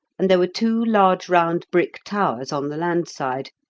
and there were two large round brick towers on the land side,